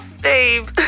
babe